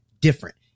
different